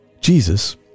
Jesus